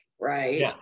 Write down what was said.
right